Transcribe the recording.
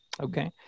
okay